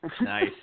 Nice